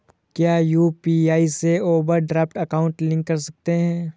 क्या यू.पी.आई से overdraft account link कर सकते हैं?